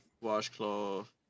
washcloth